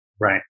Right